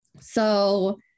So-